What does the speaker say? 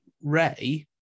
Ray